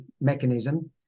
mechanism